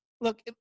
Look